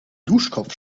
duschkopf